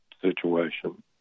situation